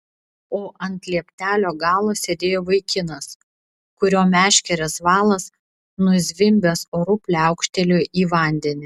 o ant lieptelio galo sėdėjo vaikinas kurio meškerės valas nuzvimbęs oru pliaukštelėjo į vandenį